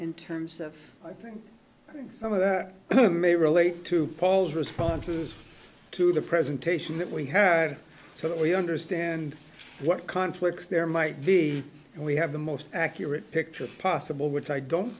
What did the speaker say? in terms of i think i think some of that may relate to paul's responses to the presentation that we have so that we understand what conflicts there might be and we have the most accurate picture possible which i don't